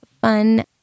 fun